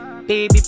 Baby